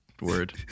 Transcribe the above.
word